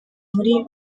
muri